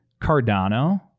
Cardano